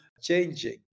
changing